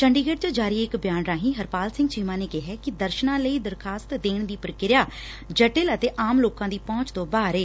ਚੰਡੀਗੜ ਚ ਜਾਰੀ ਬਿਆਨ ਰਾਹੀ ਹਰਪਾਲ ਸਿੰਘ ਚੀਮਾ ਨੇ ਕਿਹੈ ਕਿ ਦਰਸ਼ਨਾਂ ਲਈ ਦਰਖਾਸਤ ਦੇਣ ਦੀ ਪ੍ਰਕਿਰਿਆ ਜਟਿਲ ਅਤੇ ਆਮ ਲੋਕਾਂ ਦੀ ਪਹੁੰਚ ਤੋਂ ਬਾਹਰ ਏ